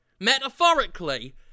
metaphorically